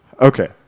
Okay